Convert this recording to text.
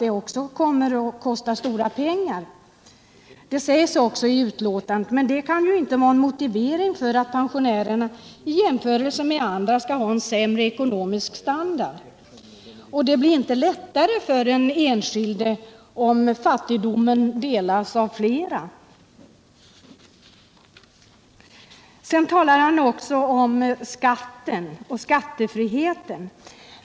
Det kommer att medföra stora kostnader, och det framhålls också i betänkandet. Men det kan inte vara en motivering för att pensionä rerna i jämförelse med andra skall ha en sämre ekonomisk standard. Det blir inte lättare för den enskilde om fattigdomen delas av flera. Per-Eric Ringaby talar också om skatten och skattefriheten.